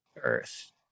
earth